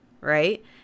right